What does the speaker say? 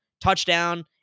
touchdown